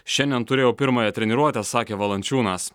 šiandien turėjau pirmąją treniruotę sakė valančiūnas